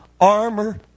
armor